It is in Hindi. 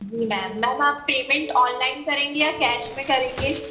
जी मैम आप पेमेन्ट ऑनलाइन करेंगी या कैश में करेंगी